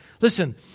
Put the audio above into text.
listen